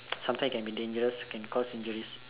sometimes can be dangerous can cause injuries